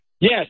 Yes